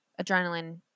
adrenaline